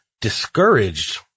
discouraged